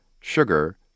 sugar